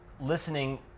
Listening